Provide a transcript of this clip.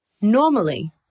Normally